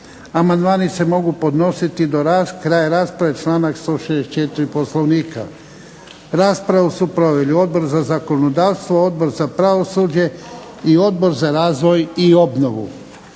Amandmani se mogu podnositi do kraja rasprave, članak 164. Poslovnika. Raspravu su proveli Odbor za zakonodavstvo, Odbor za pravosuđe i Odbor za razvoj i obnovu.